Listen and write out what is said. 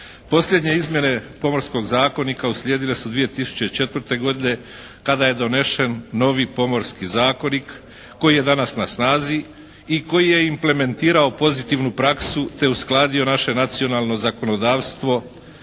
Posljednje izmjene Pomorskog zakona uslijedile su 2004. godine kada je donesen novi Pomorski zakonik koji je danas na snazi i koji je implementirao pozitivnu praksu te uskladio naše nacionalno zakonodavstvo